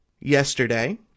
yesterday